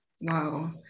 wow